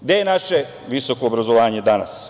Gde je naše visoko obrazovanje danas?